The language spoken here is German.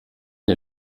der